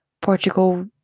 Portugal